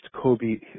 Kobe